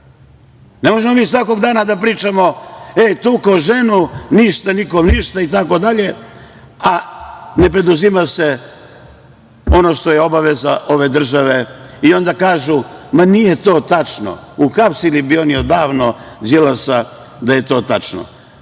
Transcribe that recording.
Ne možemo mi svakog dana da pričamo - tukao je ženu i nikom ništa, ne preduzima se ono što je obaveza ove države. I onda kažu - ma nije to tačno, uhapsili bi oni odavno Đilasa da je to tačno.